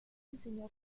enseñó